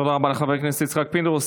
תודה רבה לחבר הכנסת יצחק פינדרוס.